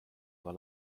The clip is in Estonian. aga